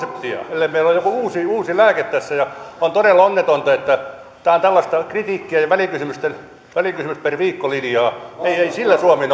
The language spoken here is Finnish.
ellei meillä ole joku uusi lääke tässä on todella onnetonta että tämä on tällaista kritiikkiä ja välikysymys per viikko linjaa ei ei sillä suomi